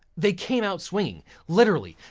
they came out swinging, literally.